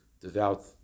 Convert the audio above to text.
devout